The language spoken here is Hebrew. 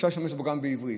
ואפשר להשתמש בו גם בעברית: